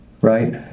Right